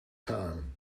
time